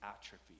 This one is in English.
atrophy